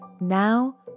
Now